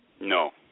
No